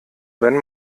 wenn